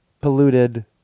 polluted